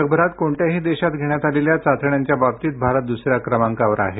जगभरात कोणत्याही देशात घेण्यात आलेल्या चाचण्यांच्या बाबतीत भारत दुसऱ्या क्रमांकावर आहे